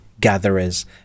gatherers